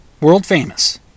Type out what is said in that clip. World-famous